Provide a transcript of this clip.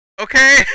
Okay